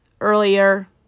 earlier